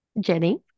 Jenny